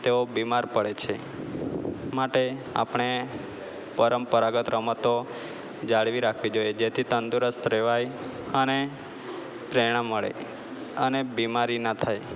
તેઓ બીમાર પડે છે માટે આપણે પરંપરાગત રમતો જાળવી રાખવી જોઈએ જેથી તંદુરસ્ત રહેવાય અને પ્રેરણા મળે અને બીમારી ન થાય